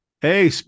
Hey